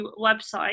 website